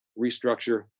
restructure